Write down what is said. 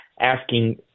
asking